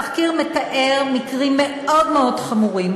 התחקיר מתאר מקרים מאוד מאוד חמורים.